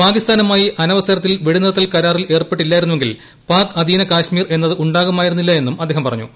പാകിസ്ഥാനുമായി അനവസരത്തിൽ വെടിനിർത്തൽ കരാറിൽ ഏർപ്പെട്ടില്ലായിരുന്നെങ്കിൽ പാക് അധീന കാശ്മീർ എന്നത് ഉണ്ടാകുമായിരുന്നില്ല എന്നും അദ്ദേഹം പറഞ്ഞു